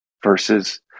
Versus